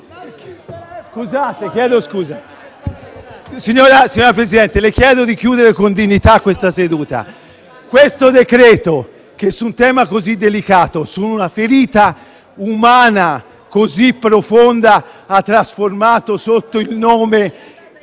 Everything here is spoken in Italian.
Signor Presidente, le chiedo di chiudere con dignità questa seduta. Questo decreto, su un tema così delicato, su una ferita umana così profonda...